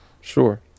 Sure